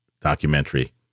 documentary